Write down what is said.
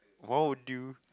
what would you